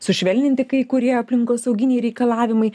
sušvelninti kai kurie aplinkosauginiai reikalavimai